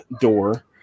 door